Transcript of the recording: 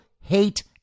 hate